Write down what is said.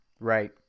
Right